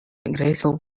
graceful